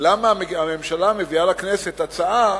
למה הממשלה מביאה לכנסת הצעה